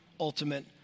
ultimate